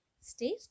Stay